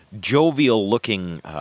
jovial-looking